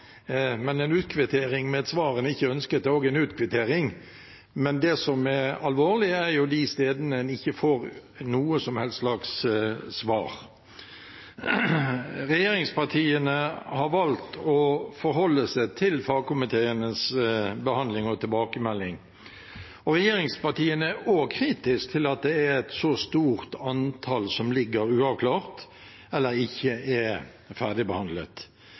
En utkvittering med et svar en ikke ønsker, er også en utkvittering. Det som er alvorlig, er jo de tilfellene en ikke får noe som helst slags svar. Regjeringspartiene har valgt å forholde seg til fagkomiteenes behandling og tilbakemelding. Regjeringspartiene er også kritiske til at det er et så stort antall som ligger uavklart eller ikke er ferdigbehandlet.